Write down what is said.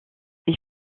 est